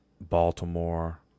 Baltimore